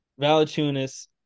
Valachunas